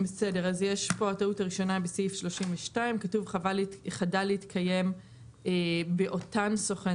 הטעות הראשונה היא בסעיף 32. כתוב "חדל להתקיים באותן סוכן".